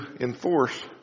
enforce